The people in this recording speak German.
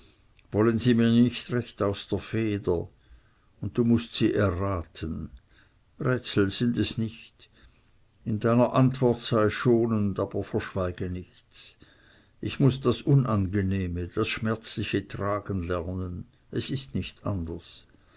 wollen sie mir nicht recht aus der feder und du mußt sie erraten rätsel sind es nicht in deiner antwort sei schonend aber verschweige nichts ich muß das unangenehme das schmerzliche tragen lernen es ist nicht anders